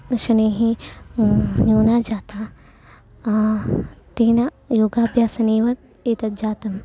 शनैः न्यूनं जातं तेन योगाभ्यासेनेव एतद् जातम्